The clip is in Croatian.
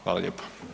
Hvala lijepo.